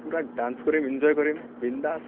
পূৰা ডান্স কৰিম ইনজয় কৰিম বিন্দাছ